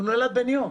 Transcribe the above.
הוא נולד בן יום.